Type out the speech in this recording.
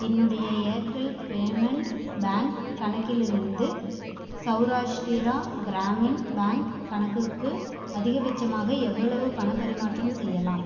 என்னுடைய Airtel payments bank கணக்கிலிருந்து Saurashtra Gramin bank கணக்குக்கு அதிகபட்சமாக எவ்வளவு பணப் பரிமாற்றம் செய்யலாம்